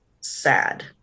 sad